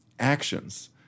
actions